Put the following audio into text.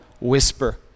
Whisper